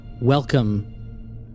welcome